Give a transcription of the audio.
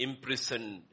Imprisoned